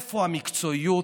איפה המקצועיות?